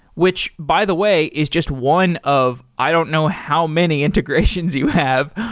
which by the way is just one of i don't know how many integrations you have.